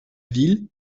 ville